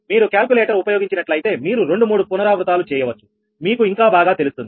మీరు కాల్కులేటర్ ఉపయోగించినట్లయితే మీరు రెండు మూడు పునరావృతాలు చేయవచ్చు మీకు ఇంకా బాగా తెలుస్తుంది